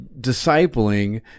discipling